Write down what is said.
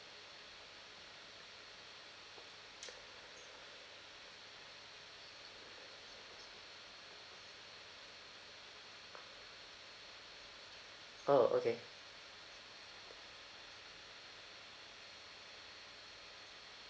oh okay